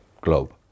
globe